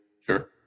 Sure